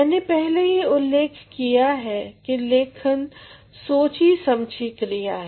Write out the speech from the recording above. मैंने पहले ही उल्लेख किया है कि लेखन सोची समझी क्रिया है